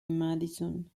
madison